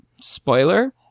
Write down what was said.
spoiler